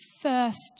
first